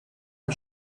amb